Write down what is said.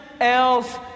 else